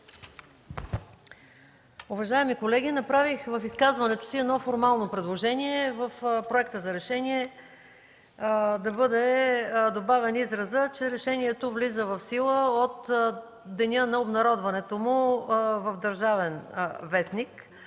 Уважаеми колеги, в изказването си направих едно формално предложение – в Проекта за решение да бъде добавен изразът, че „Решението влиза в сила от деня на обнародването му в “Държавен вестник”.